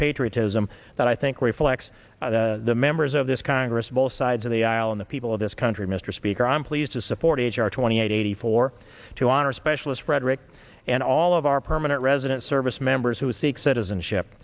patriotism that i think reflects the members of this congress both sides of the aisle in the people of this country mr speaker i'm pleased to support age our twenty eight eighty four to honor specialist frederick and all of our permanent resident service members who seek citizenship